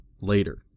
later